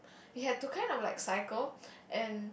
we had to kind of like cycle and